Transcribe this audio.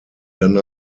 dann